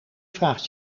vraagt